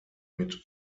mit